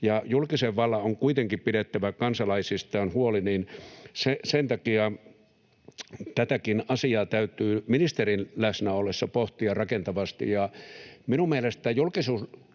julkisen vallan on kuitenkin pidettävä kansalaisistaan huoli, niin sen takia tätäkin asiaa täytyy ministerin läsnä ollessa pohtia rakentavasti. Minun mielestäni, kun julkisuudessa